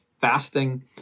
fasting